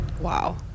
Wow